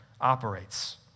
operates